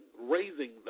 raising